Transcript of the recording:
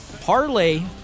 parlay